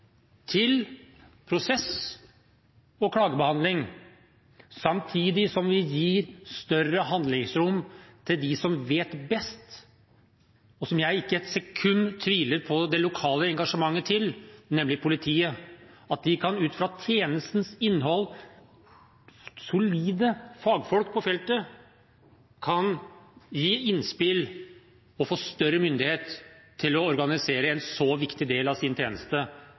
til prosess og klagebehandling. Samtidig gir vi større handlingsrom til dem som vet best, og som jeg ikke et sekund tviler på har det lokale engasjement, nemlig politiet. Ut fra tjenestens innhold kan de – solide fagfolk på feltet – gi innspill og få større myndighet til å organisere en så viktig del av sin tjeneste.